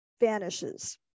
vanishes